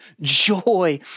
joy